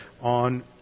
on